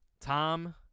Tom